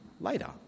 later